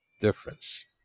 difference